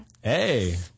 Hey